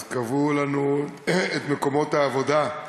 אז קבעו לנו את מקומות העבודה.